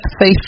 faith